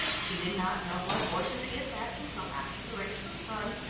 she did not know what horses he had backed until after the race was run,